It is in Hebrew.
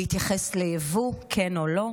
להתייחס ליבוא, כן או לא,